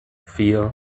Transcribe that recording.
vier